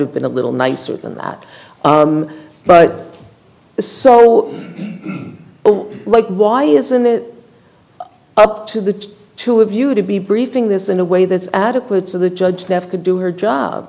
have been a little nicer than that but it's so like why isn't it up to the two of you to be briefing this in a way that's adequate so the judge that could do her job